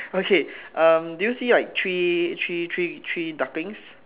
okay uh did you see like three three three three ducklings